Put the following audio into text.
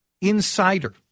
Insider